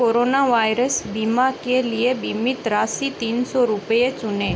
corona virus बीमा के लिए बीमित राशि तीन सौ रुपये चुनें